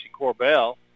Corbell